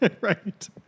Right